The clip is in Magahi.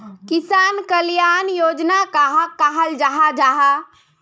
किसान कल्याण योजना कहाक कहाल जाहा जाहा?